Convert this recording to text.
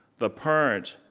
the parent